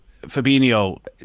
Fabinho